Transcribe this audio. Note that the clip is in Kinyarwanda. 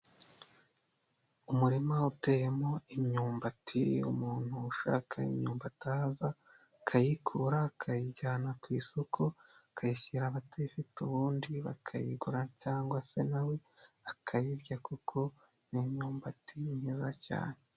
Umurima wa uteyemo imyumbati umuntu ushaka imyumba ti aho aza akayikura, akayijyana ku isoko, akayishyira abatayifite ubundi bakayigura cyangwa se nawe akayirya kuko ni imyumbati myiza cyane.